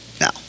Now